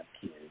kids